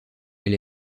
elle